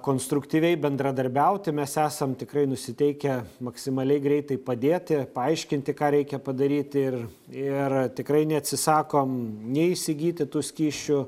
konstruktyviai bendradarbiauti mes esam tikrai nusiteikę maksimaliai greitai padėti paaiškinti ką reikia padaryti ir ir tikrai neatsisakom nei įsigyti tų skysčių